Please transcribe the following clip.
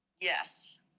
Yes